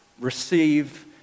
receive